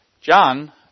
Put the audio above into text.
John